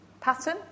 pattern